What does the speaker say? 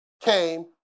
came